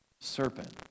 serpent